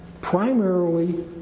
primarily